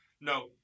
no